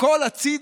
הכול הצידה,